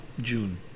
June